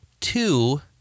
two